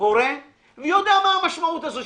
הורה ויודע מה המשמעות הזו.